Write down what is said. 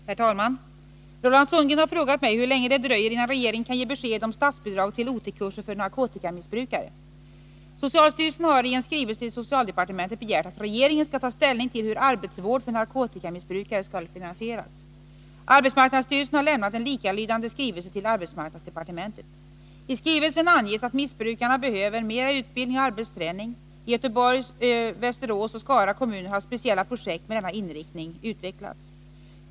Herr talman! Roland Sundgren har frågat mig hur länge det dröjer innan regeringen kan ge besked om statsbidrag till OT-kurser för narkotikamissbrukare. Socialstyrelsen har i en skrivelse till socialdepartementet begärt att regeringen skall ta ställning till hur arbetsvård för narkotikamissbrukare skall finansieras. Arbetsmarknadsstyrelsen har lämnat en likalydande skrivelse till arbetsmarknadsdepartementet. I skrivelsen anges att missbrukarna behöver mera utbildning och arbetsträning. I Göteborgs, Västerås och Skara kommuner har speciella projekt med denna inriktning utvecklats.